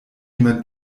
jemand